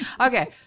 Okay